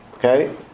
Okay